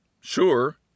Sure